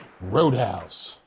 roadhouse